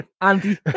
Andy